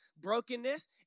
brokenness